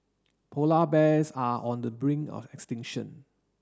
polar bears are on the brink of extinction